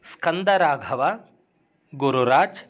स्कन्दराघवः गुरुराजः